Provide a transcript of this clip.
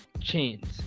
chains